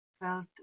felt